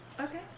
Okay